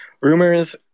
Rumors